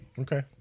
Okay